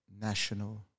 National